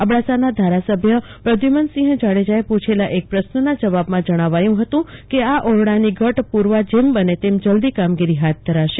અબડાસાના ધારાસભ્ય પ્રદ્યુમનસિંહ જાડેજાએ પૂછેલા એક પ્રશ્નના જવાબમાં જણાવ્યું હતં કે આ ઓરડાની ઘટ પુરવા જેમ બને તેમ જલ્દી કામગીરી હાથ ધરાશે